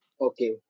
Okay